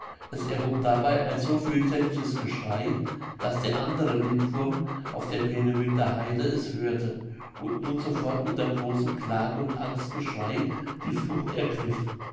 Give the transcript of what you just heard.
es erhob dabei aber ein so fürchterliches geschrei daß der andere lindwurm auf der peenemünder haide es hörte und nun sofort unter großem klage und angstgeschrei die flucht ergriff